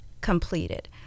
completed